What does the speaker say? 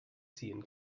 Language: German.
ziehen